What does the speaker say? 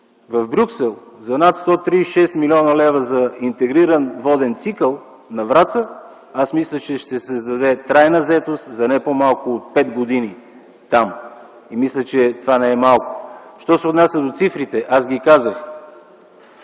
в Брюксел за над 136 млн. лв. за интегриран воден цикъл на Враца мисля, че ще създаде там трайна заетост за не по-малко от 5 години. Мисля, че това не е малко?! Що се отнася до цифрите, казах